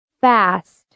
Fast